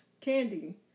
candy